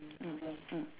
mm mm